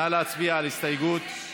נא להצביע על ההסתייגות.